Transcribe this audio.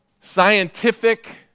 scientific